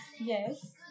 Yes